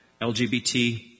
LGBT